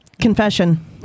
Confession